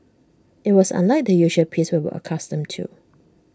IT was unlike the usual peace we were accustomed to